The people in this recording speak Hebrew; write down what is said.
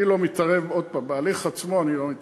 אני לא מתערב, עוד הפעם, בהליך עצמו אני לא מתערב,